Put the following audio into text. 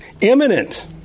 imminent